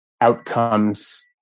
outcomes